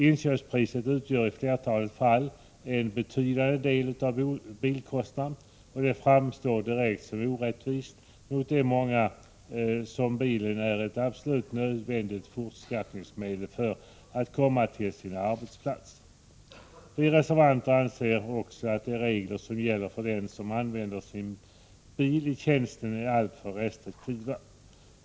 Inköpspriset utgör i flertalet fall en betydande del av bilkostnaden, och begränsning av avdragen framstår som direkt orättvist mot de många för vilka bilen är ett absolut nödvändigt fortskaffningsmedel för att de skall komma till arbetsplatsen. Vi reservanter anser också att de regler som gäller för den som använder sin bil i tjänsten är alltför restriktiva.